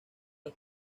los